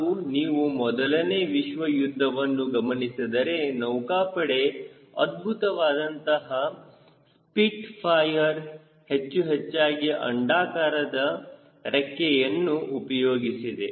ಹಾಗೂ ನೀವು ಮೊದಲನೇ ವಿಶ್ವಯುದ್ಧವನ್ನು ಗಮನಿಸಿದರೆನೌಕಾಪಡೆಯ ಅದ್ಭುತವಾದಂತಹ ಸ್ಪೀಟ್ ಫೈಯರ್ ಹೆಚ್ಚುಹೆಚ್ಚಾಗಿ ಅಂಡಾಕಾರದ ಚಕ್ಕೆಯನ್ನು ಉಪಯೋಗಿಸಿದೆ